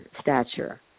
stature